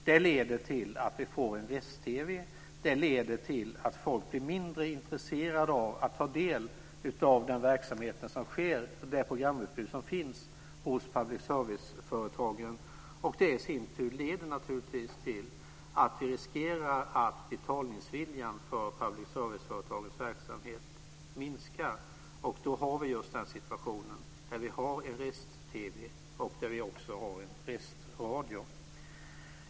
Det leder till att vi får en rest-TV och till att folk blir mindre intresserade av att ta del av den verksamhet som sker och det programutbud som finns hos public service-företagen. Det i sin tur leder naturligtvis till att vi riskerar att betalningsviljan för public service-företagens verksamhet minskar. Då har vi just situationen med en rest-TV och också en restradio.